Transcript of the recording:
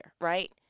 right